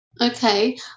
Okay